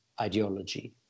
ideology